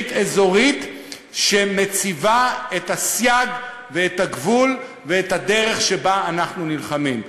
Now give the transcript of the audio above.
ברית אזורית שמציבה את הסייג ואת הגבול ואת הדרך שבה אנחנו נלחמים.